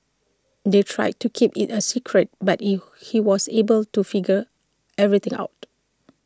they tried to keep IT A secret but IT he was able to figure everything out